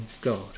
God